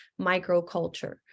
microculture